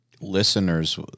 listeners